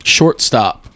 Shortstop